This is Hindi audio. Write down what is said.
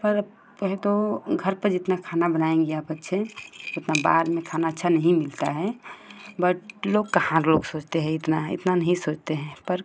पर अब कहें तो घर पर जितना खाना बनाएँगी आप अच्छे उतना बाहर में खाना अच्छा नहीं मिलता है बट लोग कहाँ लोग सोचते हैं इतना इतना नहीं सोचते हैं पर